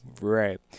Right